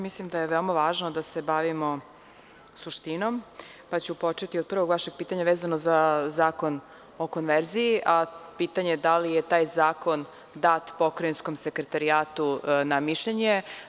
Mislim da je veoma važno da se bavimo suštinom, pa ću početi od prvog vašeg pitanja vezano za Zakon o konverziji, a pitanje da li je taj zakon dat Pokrajinskom sekretarijatu na mišljenje.